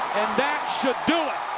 that should do it.